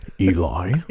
Eli